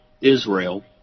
Israel